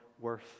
worth